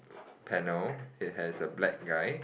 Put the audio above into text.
panel it has a black guy